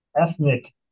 ethnic